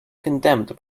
condemned